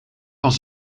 van